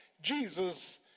Jesus